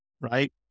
right